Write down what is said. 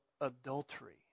adultery